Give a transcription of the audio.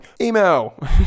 Email